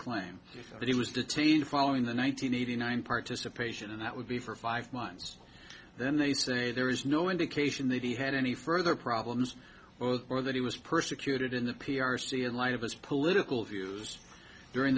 claim that he was detained following the one nine hundred eighty nine participation and that would be for five months then they say there is no indication that he had any further problems well or that he was persecuted in the p r c in light of his political views during